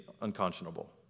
unconscionable